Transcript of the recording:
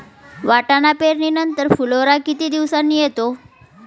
वाटाणा पेरणी नंतर फुलोरा किती दिवसांनी येतो?